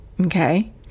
Okay